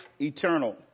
eternal